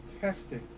testing